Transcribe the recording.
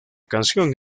canción